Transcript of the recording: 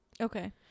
Okay